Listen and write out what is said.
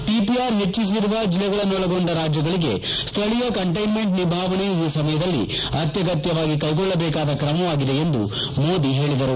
TPR ಹೆಚ್ಚರುವ ಜಿಲ್ಲೆಗಳನ್ನೊಳಗೊಂಡ ರಾಜ್ಯಗಳಿಗೆ ಸ್ಥಳೀಯ ಕಂಟೈನ್ಮೆಂಟ್ ನಿಭಾವಣೆ ಈ ಸಮಯದಲ್ಲಿ ಅತ್ಲಗತ್ನವಾಗಿ ಕೈಗೊಳ್ಳಬೇಕಾದ ಕ್ರಮವಾಗಿದೆ ಎಂದು ಮೋದಿ ಹೇಳಿದರು